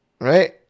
Right